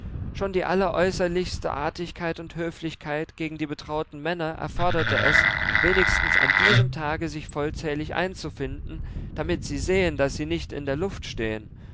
schon die alleräußerlichste artigkeit und höflichkeit gegen die betrauten männer erforderte es wenigstens an diesem tage sich vollzählig einzufinden damit sie sehen daß sie nicht in der luft stehen